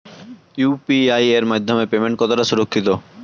UPI এর মাধ্যমে payment কতটা সুরক্ষিত?